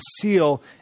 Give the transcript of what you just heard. seal